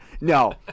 No